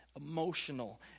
emotional